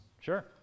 Sure